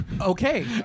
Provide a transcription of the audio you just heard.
Okay